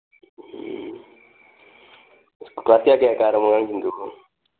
ꯎꯝ class ꯀꯌꯥ ꯀꯌꯥ ꯀꯥꯔꯕ ꯑꯉꯥꯡꯁꯤꯡꯗꯨꯕꯨ